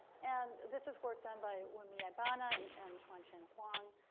and this is work done by wunmi aibana and and chuan-chin huang.